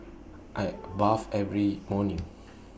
I bath every morning